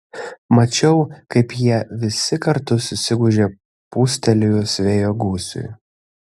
mačiau kaip jie visi kartu susigūžė pūstelėjus vėjo gūsiui